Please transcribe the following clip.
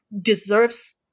deserves